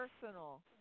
personal